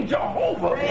Jehovah